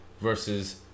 versus